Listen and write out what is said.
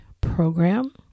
program